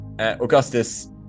Augustus